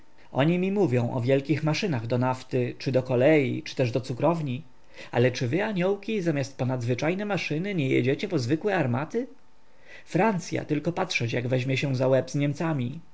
oni mi mówią o wielkich maszynach do nafty czy do kolei czy też do cukrowni ale czy wy aniołki zamiast po nadzwyczajne maszyny nie jedziecie po zwykłe armaty francya tylko patrzeć jak weźmie się za łeb z niemcami